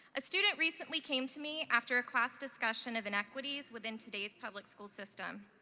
a student recently came to me after a class discussion of inequities within today's public school system.